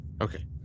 Okay